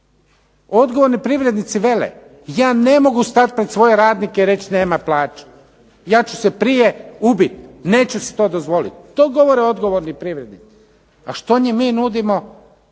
Odgovorni privrednici kažu ja ne mogu stati pred svoje radnike i reći nema plaće. Ja ću se prije ubiti, neću si to dozvoliti. To govore odgovorni privrednici. A što im mi nudimo,